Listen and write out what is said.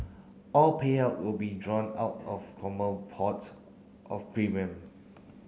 all payout will be drawn out of pots of premium